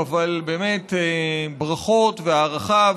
אבל באמת ברכות והערכה,